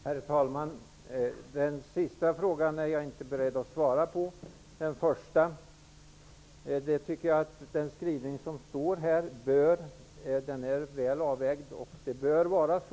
Herr talman! Den sista frågan är jag inte beredd att svara på. När det gäller den första frågan tycker jag att den skrivning som finns är väl avvägd. Den bör vara så.